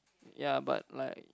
ya but like